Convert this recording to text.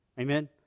amen